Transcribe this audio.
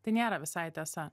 tai nėra visai tiesa